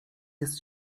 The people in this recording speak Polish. jest